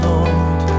Lord